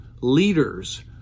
leaders